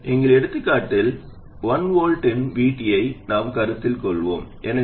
எங்கள் எடுத்துக்காட்டில் 1 V இன் VT ஐ நாம் கருத்தில் கொண்டுள்ளோம் எனவே